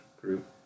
group